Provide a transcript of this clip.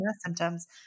symptoms